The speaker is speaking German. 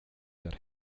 der